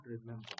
remember